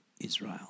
Israel